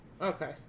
Okay